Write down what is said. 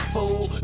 Fool